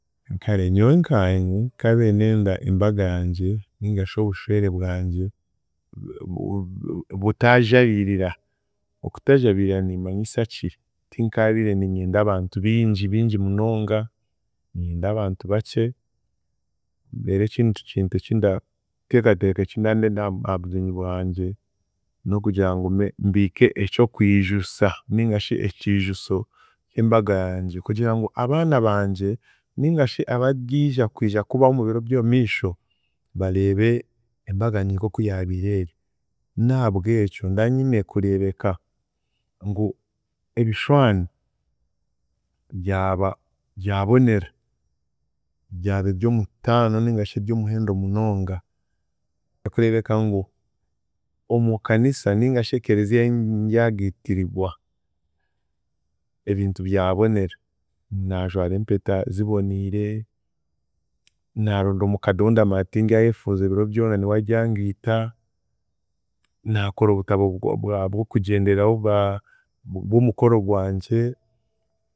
Kare nyowe nkaanye, nkabiire ndenda embaga yangye ningashi obushwere bwangye, bu- bu- butaajabiirira, okutajabiirira niimanyisaki? Tinkabiire niinyenda abantu bingi bingi munonga, niinyenda abantu bakye, reero ekindi kintu ekindaateekateeka ekindandenda aha- ahabugyenyi bwangye, n'okugira ngume mbiike eky'okwijusa naingashi ekiijuso ky’embaga yangye kugira ngu abaana bangye ningashi abaryija kwija kuhaho omubiro by’omumiisho bareebe embaga yangye nk'oku yaabiire eri, n'ahabw'ekyo nda nyine kureebeka ngu ebishwani byaba byabonera, byaba eby’omutaano ningashi eby'omuhendo munonga, okureebeka ngu omu Kanisa ningashi Ekelezia ei ndyagiitirigwa ebintu byabonera, naajwara empeta ziboniire, naaronda Omukade ou ndamanya tindyayefuuza ebiro byona niwe aryangita, naakora abutabo bwo- bwa- bw’okugyenderaho bwa- bw’omukoro gwangye.